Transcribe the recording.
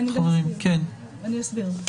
אסביר.